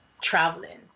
traveling